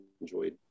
enjoyed